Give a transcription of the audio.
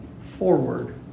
forward